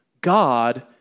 God